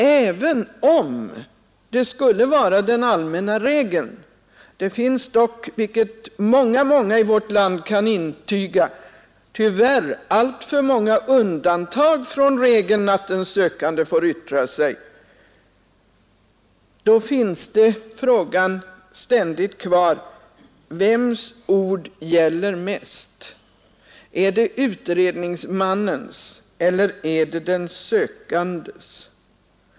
Även om det är den allmänna regeln — det finns dock, vilket många i vårt land kan intyga, tyvärr alltför många undantag från den regeln — kan man invända: Vems ord väger tyngst, utredningsmannens eller den sökandes?